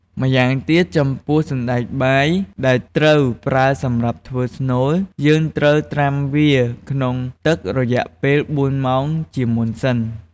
ម្យ៉ាងទៀត ចំពោះសណ្ដែកបាយដែលត្រូវប្រើសម្រាប់ធ្វើស្នូល យើងត្រូវត្រាំវាក្នុងទឹករយៈពេល៤ម៉ោងជាមុនសិន។